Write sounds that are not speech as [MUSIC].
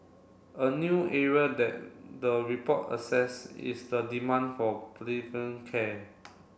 a new area that the report assess is the demand for [UNINTELLIGIBLE] care